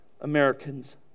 Americans